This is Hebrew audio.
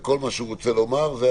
אל תגיד חולים.